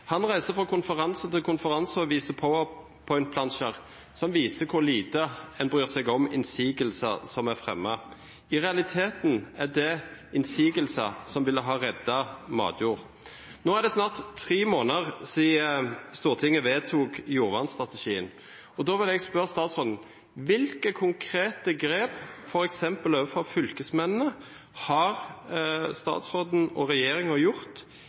Han reiser fra konferanse til konferanse og viser power point-plansjer som viser hvor lite en bryr seg om innsigelser som er fremmet. I realiteten er det innsigelser som ville ha reddet matjord. Nå er det snart tre måneder siden Stortinget vedtok jordvernstrategien. Da vil jeg spørre statsråden: Hvilke konkrete grep f.eks. overfor fylkesmennene har statsråden og regjeringen gjort